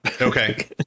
Okay